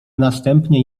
następnie